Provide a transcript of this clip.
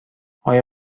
آیا